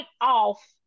off